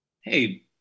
hey